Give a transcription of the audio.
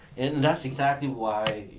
and and that's exactly why,